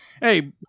hey